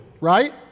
right